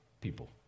people